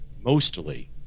mostly